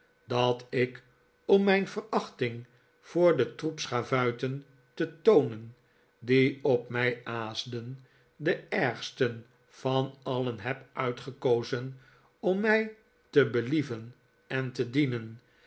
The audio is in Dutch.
dat ik r ta j mijn verachting voor den troep schavuiien te toonen die op mij aasden den ergsteh t van alien heb uitgekozen om mij te belie ven en te dienen